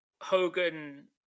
Hogan